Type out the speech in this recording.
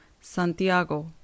Santiago